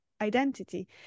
identity